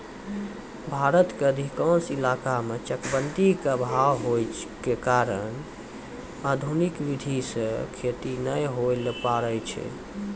भारत के अधिकांश इलाका मॅ चकबंदी के अभाव होय के कारण आधुनिक विधी सॅ खेती नाय होय ल पारै छै